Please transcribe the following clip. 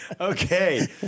Okay